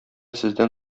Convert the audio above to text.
сездән